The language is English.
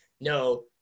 no